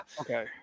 okay